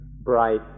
bright